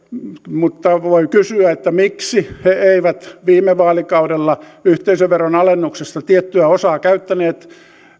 mutta voi kysyä miksi he eivät viime vaalikaudella yhteisöveron alennuksesta tiettyä osaa käyttäneet